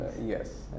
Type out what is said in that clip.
Yes